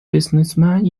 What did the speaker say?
businessman